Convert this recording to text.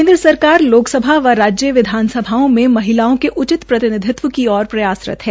केन्द्र सरकार लोकसभा व राज्य विधानसभाओं में महिलाओं के उचित प्रतिनिधित्व की ओर प्रयायरत है